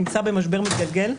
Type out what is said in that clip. נמצא במשבר מתגלגל,